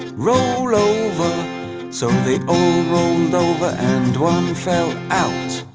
roll over so they all rolled over and one and fell out